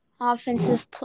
Offensive